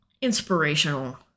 inspirational